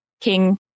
King